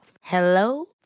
Hello